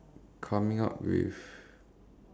coming up with